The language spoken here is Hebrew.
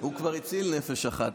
הוא כבר הציל נפש אחת,